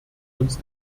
uns